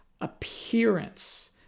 appearance